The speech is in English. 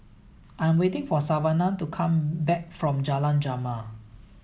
I'm waiting for Savanah to come back from Jalan Jamal